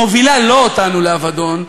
מובילים לא אותנו לאבדון,